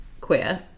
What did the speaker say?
queer